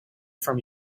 from